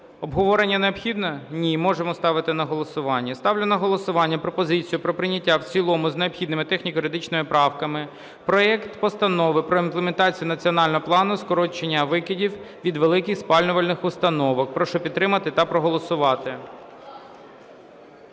Обговорення необхідно? Ні. Можемо ставити на голосування. Я ставлю на голосування пропозицію про прийняття в цілому з необхідними техніко-юридичними правками проект Постанови про імплементацію Національного плану скорочення викидів від великих спалювальних установок. Прошу підтримати та проголосувати.